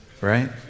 right